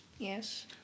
Yes